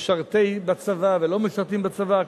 משרתים בצבא, ולא משרתים בצבא.